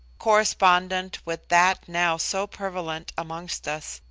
correspondent with that now so prevalent amongst us,